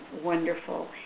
wonderful